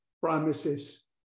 promises